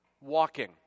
walking